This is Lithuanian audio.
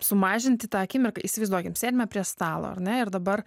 sumažinti tą akimirką įsivaizduokim sėdime prie stalo ar ne ir dabar